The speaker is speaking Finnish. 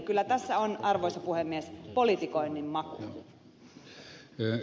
kyllä tässä on arvoisa puhemies politikoinnin maku